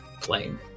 plane